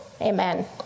Amen